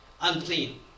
unclean